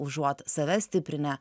užuot save stiprinę